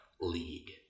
League